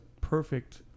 perfect